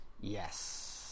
Yes